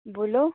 बोलो